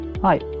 Hi